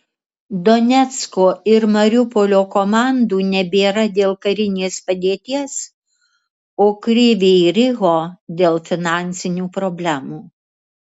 donecko ir mariupolio komandų nebėra dėl karinės padėties o kryvyj riho dėl finansinių problemų